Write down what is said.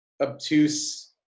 obtuse